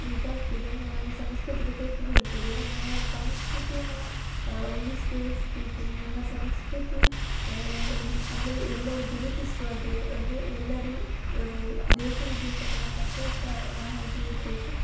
ಇದಾಗ್ತದೆ ಅಂದರೆ ನಮ್ಮ ಸಂಸ್ಕೃತಿಗೆ ಪೆಟ್ಟು ಬೀಳ್ತದೆ ನಮ್ಮ ಸಂಸ್ಕೃತಿಯನ್ನು ಉಳಿಸಿ ಬೆಳೆಸಬೇಕು ನಮ್ಮ ಸಂಸ್ಕೃತಿ ಅಂದರೆ ಎಲ್ಲರು ಗುರುತಿಸುವಾಗೆ ಅಂದರೆ ಎಲ್ಲರು ದೇಶ ವಿದೇಶಗಳ ಪಸರಿಸುವ ಹಾಗೆ ಇರಬೇಕು